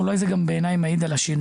אבל בעיניי זה אולי גם מעיד על השינוי.